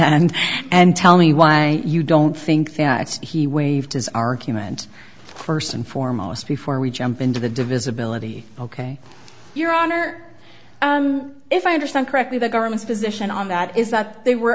and tell me why you don't think that he waived his argument first and foremost before we jump into the divisibility ok your honor if i understand correctly the government's position on that is that they were